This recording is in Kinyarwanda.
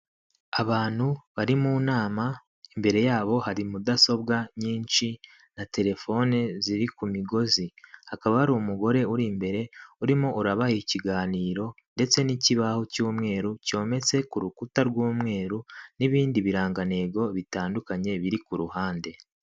Abantu bari mu nama imbere yabo hari mudasobwa nyinshi na telefone ziri ku migozi, hakaba hari umugore uri imbere urimo urabaha ikiganiro ndetse n'ikibaho cy'umweru cyometse ku rukuta rw'umweru n'ibindi birangantego bitandukanye biri ku ruhande.